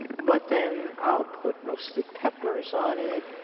but then i'll put roasted peppers on it,